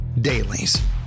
Dailies